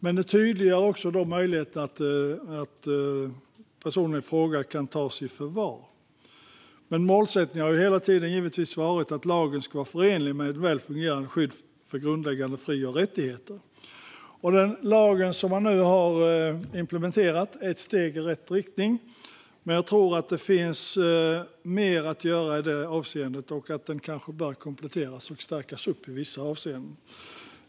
Den tydliggör också möjligheten att ta personen i fråga i förvar. Målsättningen har hela tiden givetvis varit att lagen ska vara förenlig med ett väl fungerande skydd för grundläggande fri och rättigheter. Den lag som man nu har implementerat är ett steg i rätt riktning, men jag tror att det finns mer att göra och att den kanske bör kompletteras och stärkas i vissa avseenden.